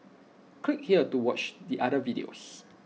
click here to watch the other videos